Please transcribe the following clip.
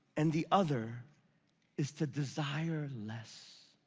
and the other is to desire less.